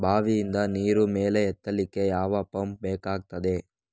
ಬಾವಿಯಿಂದ ನೀರು ಮೇಲೆ ಎತ್ತಲಿಕ್ಕೆ ಯಾವ ಪಂಪ್ ಬೇಕಗ್ತಾದೆ?